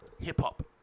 hip-hop